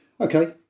okay